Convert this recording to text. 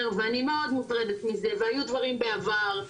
ואני מאוד מוטרדת מזה והיו דברים בעבר,